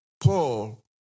Paul